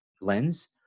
lens